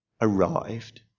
arrived